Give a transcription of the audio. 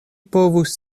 povus